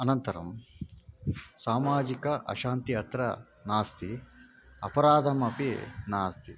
अनन्तरं सामाजिक अशान्तिः अत्र नास्ति अपराधमपि नास्ति